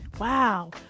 wow